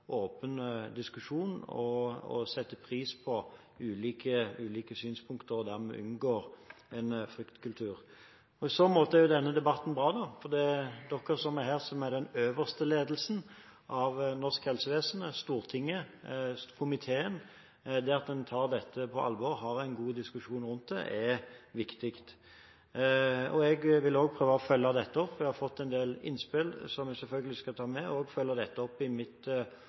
åpen diskusjon og setter pris på ulike synspunkter, og at man dermed unngår en fryktkultur. I så måte er denne debatten bra, for det er de som er her, som er den øverste ledelsen av norsk helsevesen: Stortinget og komiteen. Det at en tar dette på alvor og har en god diskusjon om det, er viktig. Jeg vil også prøve å følge dette opp. Jeg har fått en del innspill som jeg selvfølgelig skal ta med meg. Jeg vil følge det opp i mitt